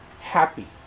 happy